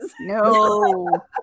No